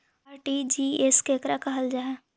RTGS केकरा कहल जा है?